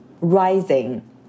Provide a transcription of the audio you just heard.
rising